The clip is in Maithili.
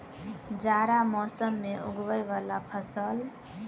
जाड़ा मौसम मे उगवय वला फसल?